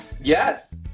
Yes